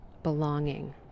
belonging